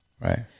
Right